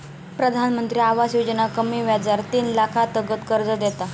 प्रधानमंत्री आवास योजना कमी व्याजार तीन लाखातागत कर्ज देता